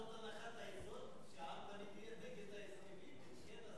זאת הנחת היסוד, שהעם תמיד יהיה נגד ההסכמים, כן?